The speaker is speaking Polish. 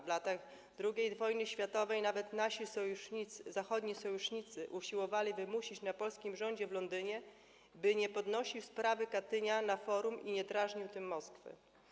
W latach II wojny światowej nawet nasi zachodni sojusznicy usiłowali wymusić na polskim rządzie w Londynie, by nie podnosił sprawy Katynia na forum i nie drażnił tym Moskwy.